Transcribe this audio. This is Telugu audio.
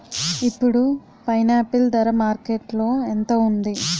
ఇప్పుడు పైనాపిల్ ధర మార్కెట్లో ఎంత ఉంది?